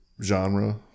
Genre